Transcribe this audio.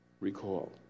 recall